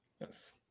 yes